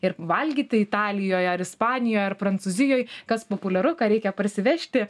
ir valgyti italijoje ar ispanijoje ar prancūzijoj kas populiaru ką reikia parsivežti